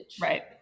right